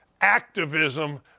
activism